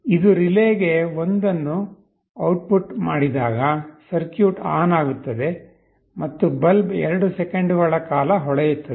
ಇದು ರಿಲೇಗೆ 1 ಅನ್ನು ಔಟ್ಪುಟ್ ಮಾಡಿದಾಗ ಸರ್ಕ್ಯೂಟ್ ಆನ್ ಆಗುತ್ತದೆ ಮತ್ತು ಬಲ್ಬ್ 2 ಸೆಕೆಂಡುಗಳ ಕಾಲ ಹೊಳೆಯುತ್ತದೆ